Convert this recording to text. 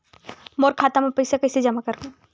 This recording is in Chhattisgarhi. मोर खाता म पईसा कइसे जमा करहु?